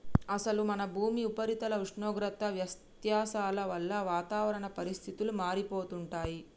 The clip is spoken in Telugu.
అసలు మన భూమి ఉపరితల ఉష్ణోగ్రత వ్యత్యాసాల వల్ల వాతావరణ పరిస్థితులు మారిపోతుంటాయి